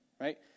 Right